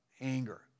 anger